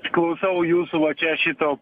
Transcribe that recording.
klausau jūsų va čia šito